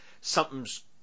something's